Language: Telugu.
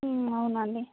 అవునా అండి